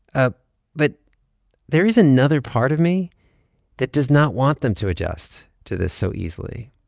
ah but there is another part of me that does not want them to adjust to this so easily,